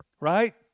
right